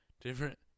Different